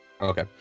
okay